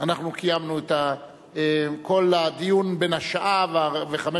אנחנו קיימנו את כל הדיון בן השעה וחמש